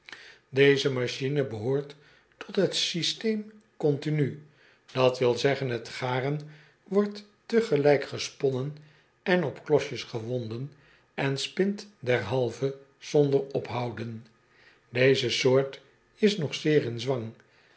eze machine behoort tot het systeem continu d w z het garen wordt tegelijk gesponnen en op klosjes gewonden en spint derhalve zonder ophouden eze soort is nog zeer in zwang